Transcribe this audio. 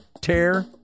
Tear